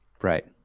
Right